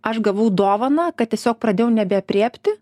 aš gavau dovaną kad tiesiog pradėjau nebeaprėpti